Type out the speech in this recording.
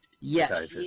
Yes